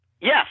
Yes